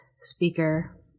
speaker